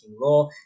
law